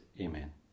Amen